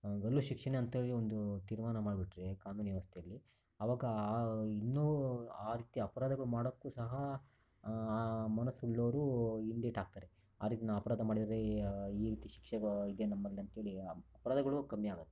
ಗಲ್ಲು ಶಿಕ್ಷೆನೇ ಅಂತ ಹೇಳಿ ಒಂದು ತೀರ್ಮಾನ ಮಾಡಿಬಿಟ್ರೆ ಕಾನೂನು ವ್ಯವಸ್ಥೆಯಲ್ಲಿ ಆವಾಗ ಆ ಇನ್ನು ಆ ರೀತಿ ಅಪರಾಧಗಳು ಮಾಡೋಕ್ಕೂ ಸಹ ಆ ಮನಸ್ಸುಳ್ಳವರು ಹಿಂದೇಟಾಕ್ತಾರೆ ಆ ರೀತಿ ನಾವು ಅಪರಾಧ ಮಾಡಿದರೆ ಈ ರೀತಿ ಶಿಕ್ಷೆ ಇದೆ ನಮ್ಮಲ್ಲಿ ಅಂಥೇಳಿ ಅಪರಾಧಗಳು ಕಮ್ಮಿ ಆಗುತ್ತೆ